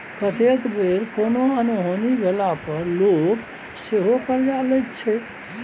कतेक बेर कोनो अनहोनी भेला पर लोक सेहो करजा लैत छै